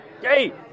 Hey